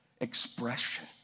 expression